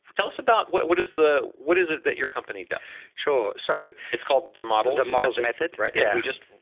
tell us about what, what is the, what is it that your company does? sure. so it's called the model that models method, right? yeah. we just,